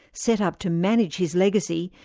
set up to manage his legacy,